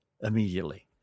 immediately